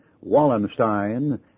Wallenstein